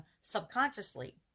subconsciously